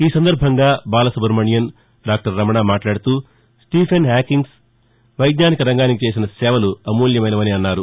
ఈ సందర్భంగా బాల సుబ్రమణియన్ డాక్టర్ రమణ మాట్లాడుతూ స్టీఫెన్ హాకింగ్స్ వైజ్ఞానిక రంగానికి చేసిన సేవలు అమూల్యమైనవని అన్నారు